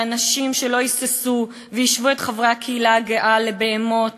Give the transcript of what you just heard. ועל-ידי אנשים שלא היססו והשוו את חברי הקהילה הגאה לבהמות,